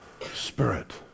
spirit